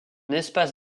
espace